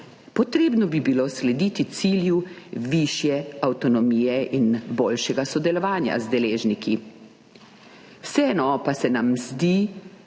Potrebno bi bilo slediti cilju višje avtonomije in boljšega sodelovanja z deležniki. Vseeno pa se nam zdi